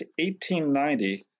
1890